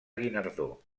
guinardó